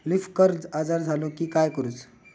Leaf curl आजार झालो की काय करूच?